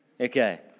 Okay